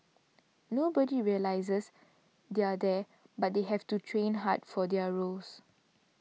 nobody realises they're there but they have to train hard for their roles